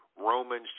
Romans